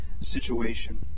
situation